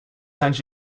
sends